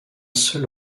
seul